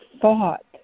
thought